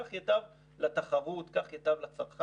כך ייטב לתחרות, כך ייטב לצרכן.